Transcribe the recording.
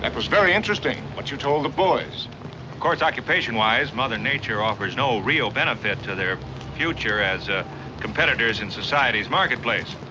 like was very interesting, what you told the boys. of course occupation-wise, mother nature offers no real benefit to their future as ah competitors in society's marketplace.